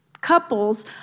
couples